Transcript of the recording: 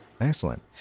Excellent